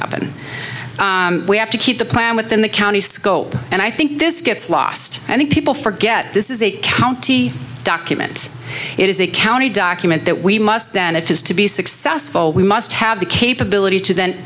happen we have to keep the plan within the county scope and i think this gets lost and the people forget this is a county document it is a county document that we must then it has to be successful we must have the capability to then